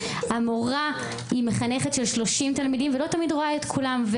המורה היא מחנכת של 30 תלמידים ולא תמיד רואה את כולם.